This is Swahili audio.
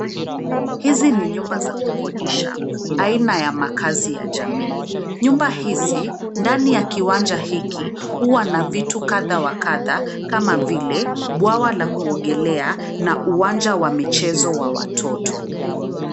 Hizi ni nyumba za kukodisha aina ya makazi ya jamii. Nyumba hizi, ndani ya kiwanja hiki, huwa na vitu kadha wa kadha kama vile bwawa la kuogelea na uwanja wa michezo wa watoto.